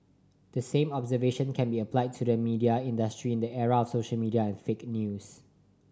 the same observation can be applied to the media industry in the era of social media and fake news